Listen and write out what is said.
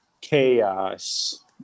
chaos